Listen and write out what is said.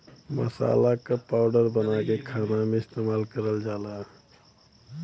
मसाला क पाउडर बनाके खाना में इस्तेमाल करल जाला